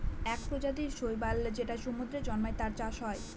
এক প্রজাতির শৈবাল যেটা সমুদ্রে জন্মায়, তার চাষ হয়